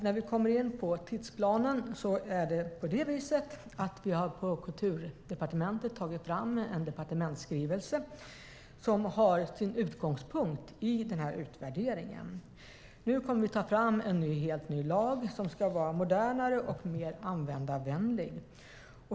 När vi kommer in på tidsplanen är det på det viset att vi på Kulturdepartementet har tagit fram en departementsskrivelse som har sin utgångspunkt i denna utvärdering. Nu kommer vi att ta fram en helt ny lag som ska vara modernare och mer användarvänlig.